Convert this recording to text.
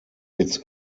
its